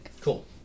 cool